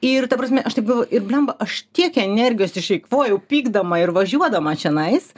ir ta prasme aš taip galvoju ir bliamba aš tiek energijos išeikvojau pykdama ir važiuodama čionais